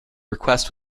request